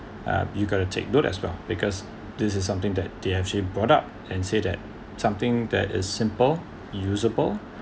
uh you've got to take note as well because this is something that they actually brought up and said that something that is simple usable